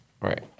Right